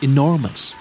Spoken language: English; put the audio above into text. Enormous